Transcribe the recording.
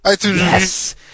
Yes